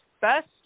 best